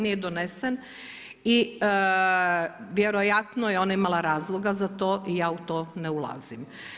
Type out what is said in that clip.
Nije donesen i vjerojatno je ona imal razloga za to i ja u to ne ulazim.